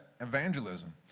evangelism